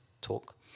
talk